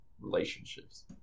relationships